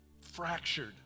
fractured